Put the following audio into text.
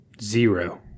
Zero